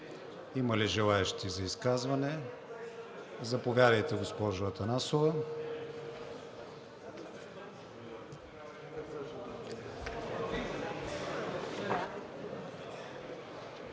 Има ли желаещи за изказване? Заповядайте, госпожо Атанасова.